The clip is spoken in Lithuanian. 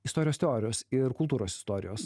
istorijos teorijos ir kultūros istorijos